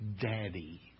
Daddy